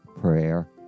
prayer